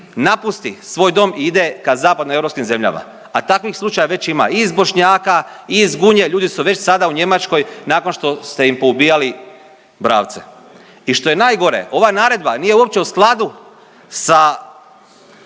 napusti svoj dom i ide ka zapadno europskim zemljama a takvih slučajeva već ima i iz Bošnjaka i iz Gunje. Ljudi su već sada u Njemačkoj nakon što ste im poubijali bravce. I što je najgore ova naredba nije uopće u skladu sa